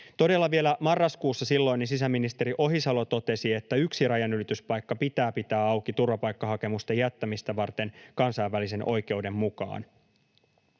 Todella vielä marraskuussa silloinen sisäministeri Ohisalo totesi, että yksi rajanylityspaikka pitää pitää auki turvapaikkahakemusten jättämistä varten kansainvälisen oikeuden mukaan.